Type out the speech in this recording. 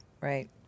Right